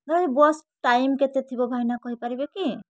ଯେଉଁ bus time କେତେ ଥିବ ଭାଇନା କହିପାରିବେ କି